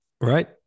right